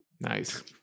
Nice